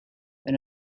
when